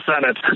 Senate